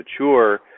mature